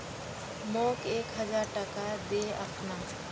मोक एक हजार टका दे अखना